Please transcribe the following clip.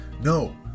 No